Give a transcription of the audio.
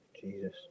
Jesus